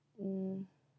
mm